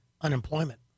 unemployment